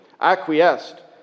Acquiesced